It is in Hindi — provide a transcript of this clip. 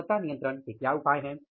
गुणवत्ता नियंत्रण के क्या उपाय हैं